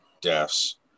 deaths